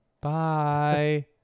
Bye